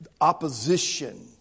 opposition